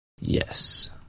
Yes